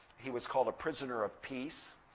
he was called a prisoner of peace.